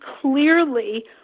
clearly